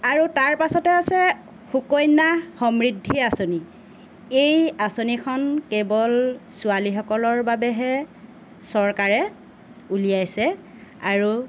আৰু তাৰ পাছতে আছে সুকন্যা সমৃদ্ধি আঁচনি এই আঁচনিখন কেৱল ছোৱালীসকলৰ বাবেহে চৰকাৰে উলিয়াইছে আৰু